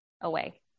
away